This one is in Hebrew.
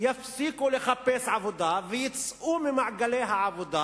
יפסיקו לחפש עבודה ויצאו ממעגלי העבודה